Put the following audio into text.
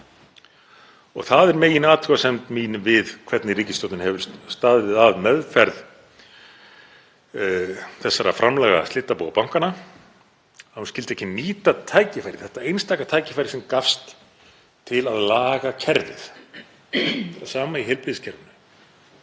Þetta er meginathugasemd mín við hvernig ríkisstjórnin hefur staðið að meðferð þessara framlaga slitabúa bankanna, að hún skyldi ekki nýta tækifærið, þetta einstaka tækifæri sem gafst til að laga kerfið. Þetta er það sama í heilbrigðiskerfinu